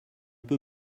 peu